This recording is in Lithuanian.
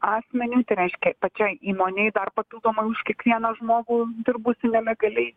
asmeniui tai reiškia ir pačiai įmonei dar papildomai už kiekvieną žmogų dirbusį nelegaliai